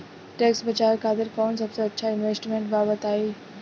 Tax बचावे खातिर कऊन सबसे अच्छा इन्वेस्टमेंट बा बताई?